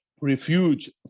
refuge